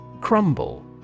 Crumble